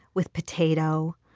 with potato,